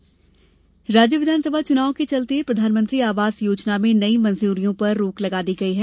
मंजूरी रोक राज्य विधानसभा चुनाव के चलते प्रधानमंत्री आवास योजना में नई मंजूरियों पर रोक लगा दी गयी है